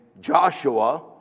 Joshua